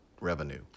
revenue